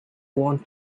want